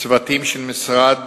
צוותים של משרד